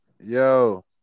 Yo